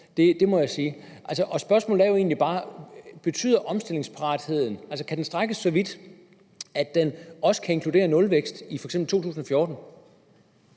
det må jeg sige. Og spørgsmålet er jo egentlig bare: Kan omstillingsparatheden strækkes så vidt, at den også kan inkludere nulvækst i f.eks. 2014?